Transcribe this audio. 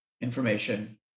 information